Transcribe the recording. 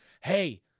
Hey